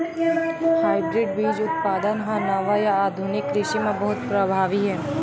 hybrid बीज उत्पादन हा नवा या आधुनिक कृषि मा बहुत प्रभावी हे